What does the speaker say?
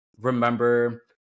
remember